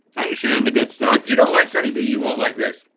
i ain't sharing the good stuff. if you don't like sunny d, you won't like this.